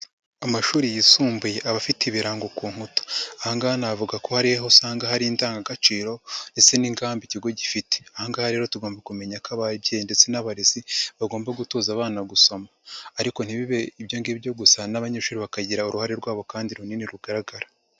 Amashuri yisumbuye aba afite ibirango ku nkuta. Aha ngaha navuga ko hari aho usanga hari indangagaciro ndetse n'ingamba ikigo gifite. Aha ngaha rero tugomba kumenya ko ababyeyi ndetse n'abarezi, bagomba gutoza abana gusoma ariko ntibibe ibyo ngibyo gusa n'abanyeshuri bakagira uruhare rwabo kandi runini rugaragara.